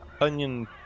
onion